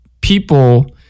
people